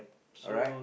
alright